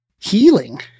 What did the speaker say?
healing